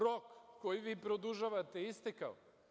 Rok koji vi produžavate je istekao.